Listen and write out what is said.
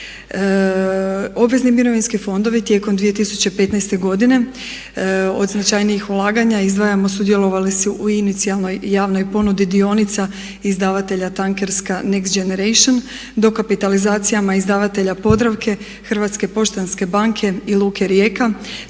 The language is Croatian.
Obvezni mirovinski fondovi tijekom 2015. godine od značajnijih ulaganja izdvajamo sudjelovali su u inicijalnoj javnoj ponudi dionica izdavatelja tankerska Next Generation dokapitalizacijama izdavatelja Podravke, Hrvatske poštanske banke i luke Rijeka